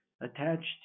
attached